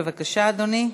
בבקשה, אדוני.